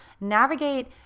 navigate